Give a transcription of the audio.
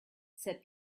said